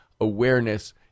awareness